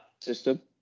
system